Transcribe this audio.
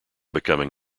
becoming